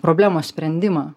problemos sprendimą